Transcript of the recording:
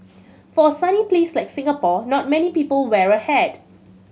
for a sunny place like Singapore not many people wear a hat